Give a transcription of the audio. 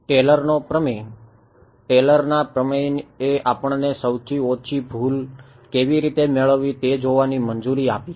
ટેલરનો પ્રમેય ટેલરના પ્રમેયએ આપણને સૌથી ઓછી ભૂલ કેવી રીતે મેળવવી તે જોવાની મંજૂરી આપી